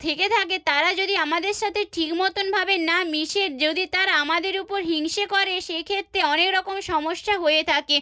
থেকে থাকে তারা যদি আমাদের সাথে ঠিক মতনভাবে না মেশে যদি তারা আমাদের উপর হিংসে করে সেক্ষেত্রে অনেক রকম সমস্যা হয়ে থাকে